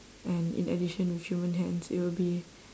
and in addition with human hands it would be